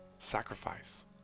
Sacrifice